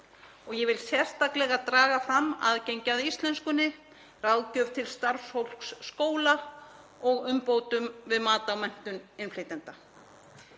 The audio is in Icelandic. Ég vil sérstaklega draga fram aðgengi að íslenskunni, ráðgjöf til starfsfólks skóla og umbætur við mat á menntun innflytjenda.